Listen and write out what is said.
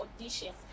audition